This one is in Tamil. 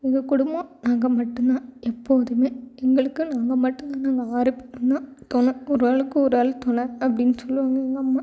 எங்கள் குடும்பம் நாங்கள் மட்டுந்தான் எப்போதும் எங்களுக்கு நாங்கள் மட்டுந்தான் நாங்கள் ஆறு பேரும் தான் தொணை ஒரு ஆளுக்கு ஒரு ஆள் தொணை அப்படினு சொல்வாங்க எங்கள் அம்மா